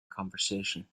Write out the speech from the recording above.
conversation